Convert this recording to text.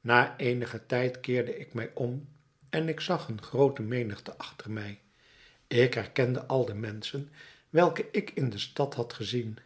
na eenigen tijd keerde ik mij om en ik zag een groote menigte achter mij ik herkende al de menschen welke ik in de stad had gezien